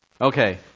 Okay